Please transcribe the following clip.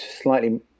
slightly